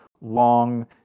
long